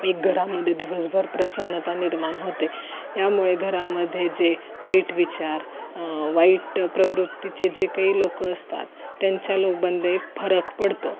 एक घरामध्ये दिवसभर प्रसन्नता निर्माण होते यामुळे घरामध्ये जे वाईट विचार वाईट प्रवृत्तीचे जे काही लोकं असतात त्यांच्या लोक बंद फरक पडतो